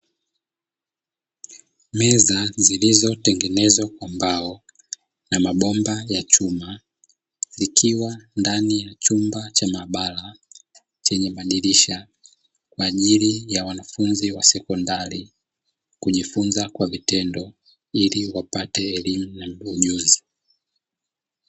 Meza zilizotengenezwa kwa mbao na mabomba ya chuma. Ikiwa ndani ya chumba cha mabara chenye madilisha kwa ajili ya wanafunzi wa sekondari. Kujifunza kwa vitendo ili wapate elimu na ujuzi.